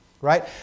right